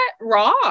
raw